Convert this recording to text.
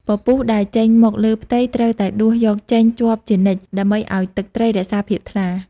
ពពុះ ដែលចេញមកលើផ្ទៃត្រូវតែដួសយកចេញជាប់ជានិច្ចដើម្បីឱ្យទឹកត្រីរក្សាភាពថ្លា។